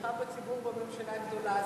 התמיכה של הציבור בממשלה היא גדולה.